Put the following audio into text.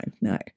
no